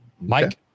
Mike